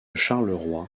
charleroi